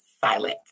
silent